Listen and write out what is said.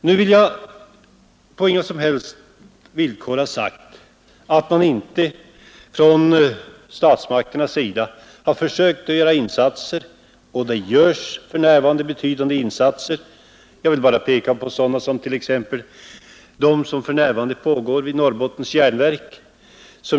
Jag vill på inga som helst villkor säga att statsmakterna inte försökt göra insatser. Betydande satsningar sker för närvarande. Jag vill bara peka på dem som just nu pågår vid Norrbottens järnverk.